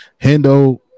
Hendo